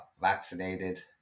vaccinated